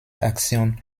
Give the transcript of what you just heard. aktion